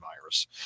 virus